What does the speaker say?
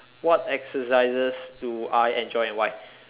what exercises do I enjoy and why